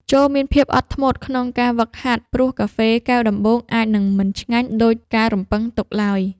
ចូរមានភាពអត់ធ្មត់ក្នុងការហ្វឹកហាត់ ព្រោះកាហ្វេកែវដំបូងអាចនឹងមិនឆ្ងាញ់ដូចការរំពឹងទុកឡើយ។